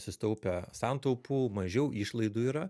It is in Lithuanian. susitaupę santaupų mažiau išlaidų yra